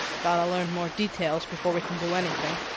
got to learn more details before we can do anything,